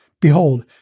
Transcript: Behold